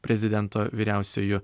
prezidento vyriausiuoju